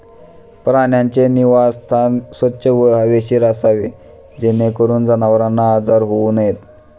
प्राण्यांचे निवासस्थान स्वच्छ व हवेशीर असावे जेणेकरून जनावरांना आजार होऊ नयेत